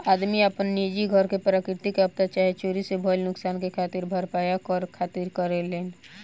आदमी आपन निजी घर के प्राकृतिक आपदा चाहे चोरी से भईल नुकसान के भरपाया करे खातिर करेलेन